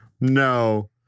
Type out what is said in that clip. No